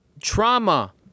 trauma